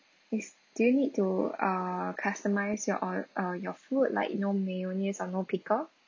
is do you need to uh customise your ord~ uh your food like no mayonnaise or no pickle